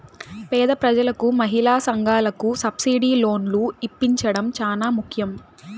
పేద ప్రజలకు మహిళా సంఘాలకు సబ్సిడీ లోన్లు ఇప్పించడం చానా ముఖ్యం